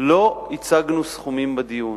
לא הצגנו סכומים בדיון.